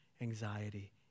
anxiety